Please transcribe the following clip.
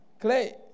Clay